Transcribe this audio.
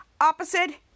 Opposite